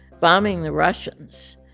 bombing the russians.